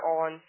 on